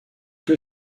que